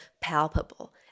palpable